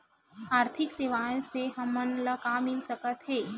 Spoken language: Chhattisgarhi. आर्थिक सेवाएं से हमन ला का मिल सकत हे?